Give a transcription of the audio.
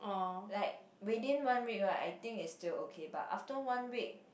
like within one week right I think its still okay but after one week